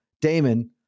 Damon